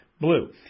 Blue